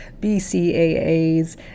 BCAAs